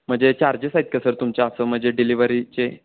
म्हणजे चार्जेस आहेत का सर तुमच्या असं म्हणजे डिलिव्हरीचे